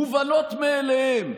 מובנות מאליהן,